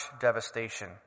devastation